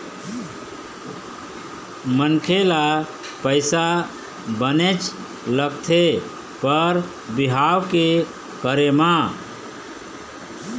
मनखे ल पइसा बनेच लगथे बर बिहाव के करे म